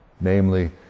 namely